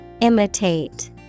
Imitate